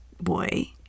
boy